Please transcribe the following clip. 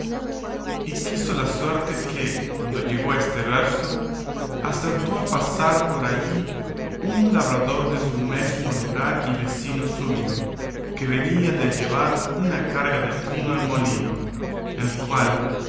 y quiso la suerte que cuando llegó a este verso acertó a pasar por allí un labrador de su mesmo lugar y vecino suyo que venía de llevar una carga de trigo al molino el cual